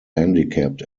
handicapped